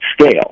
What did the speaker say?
scale